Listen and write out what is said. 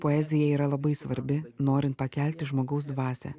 poezija yra labai svarbi norint pakelti žmogaus dvasią